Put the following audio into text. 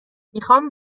میخام